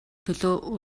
төлөө